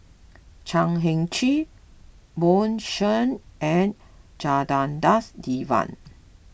Chan Heng Chee Bjorn Shen and Janadas Devan